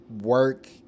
work